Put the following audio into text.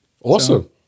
awesome